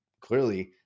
clearly